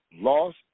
Lost